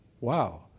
Wow